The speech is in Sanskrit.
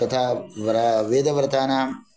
तथा वेदव्रतानां